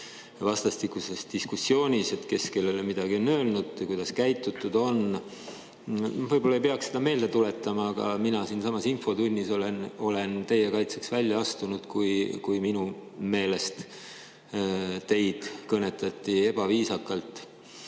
vastastikuses diskussioonis, kes kellele midagi on öelnud ja kuidas käitutud on. Võib-olla ei peaks seda meelde tuletama, aga mina siinsamas infotunnis olen teie kaitseks välja astunud, kui minu meelest teid kõnetati ebaviisakalt.